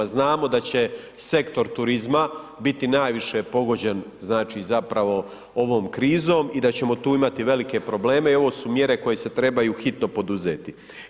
Znamo da će sektor turizma biti najviše pogođen, znači zapravo ovom krizom i da ćemo tu imati velike probleme i ovo su mjere koje se trebaju hitno poduzeti.